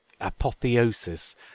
apotheosis